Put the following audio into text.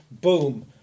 boom